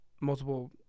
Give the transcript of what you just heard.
multiple